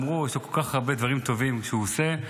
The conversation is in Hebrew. אמרו: יש לו כל כך הרבה דברים טובים שהוא עושה,